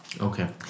Okay